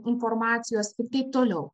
informacijos ir taip toliau